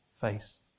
face